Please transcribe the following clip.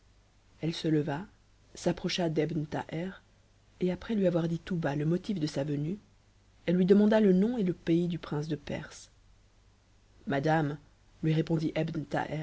elle se leva s'approcha d'ebn thaher et après lui avoir dit tout bas le motif de sa venue elle lui demanda le nom et le pays du prince de perse madame lui répondit